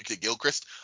Gilchrist